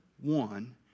one